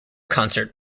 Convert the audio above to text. concert